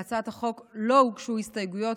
להצעת החוק לא הוגשו הסתייגויות,